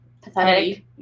pathetic